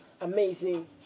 amazing